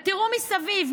ותראו מסביב,